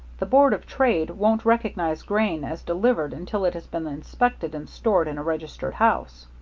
the board of trade won't recognize grain as delivered until it has been inspected and stored in a registered house.